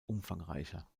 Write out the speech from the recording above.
umfangreicher